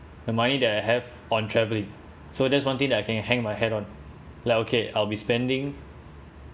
the money that I have on traveling so that's one thing that I can hang my hat on like okay I'll be spending